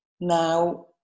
Now